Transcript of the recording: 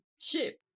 ship